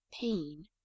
pain